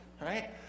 right